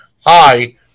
hi